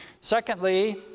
Secondly